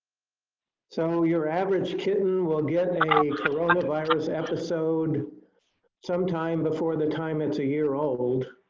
so your average kitten will get and um a coronavirus episode sometime before the time it's a year old,